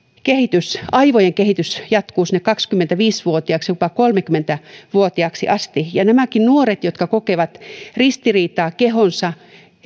aivojen kehitys jatkuu sinne kaksikymmentäviisi vuotiaaksi jopa kolmekymmentä vuotiaaksi asti kun ajatellaan näitäkin nuoria jotka kokevat ristiriitaa kehonsa